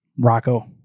Rocco